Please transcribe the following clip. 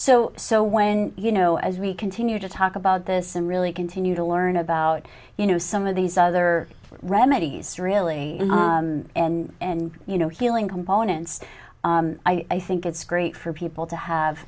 so so when you know as we continue to talk about this and really continue to learn about you know some of these other remedies really and you know healing components i think it's great for people to have